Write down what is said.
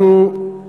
אנחנו,